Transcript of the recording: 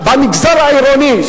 במגזר העירוני,